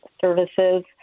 services